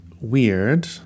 weird